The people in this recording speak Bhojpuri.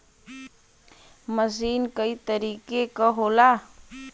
मसीन कई तरीके क होला